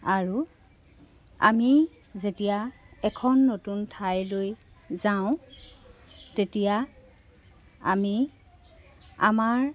আৰু আমি যেতিয়া এখন নতুন ঠাইলৈ যাওঁ তেতিয়া আমি আমাৰ